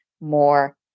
more